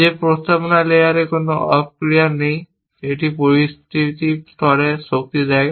যে প্রস্তাবনা লেয়ারে কোন অপ ক্রিয়া নেই এটি পরবর্তী স্তরে শক্তি দেয়